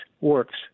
works